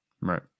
Right